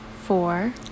four